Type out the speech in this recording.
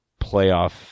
playoff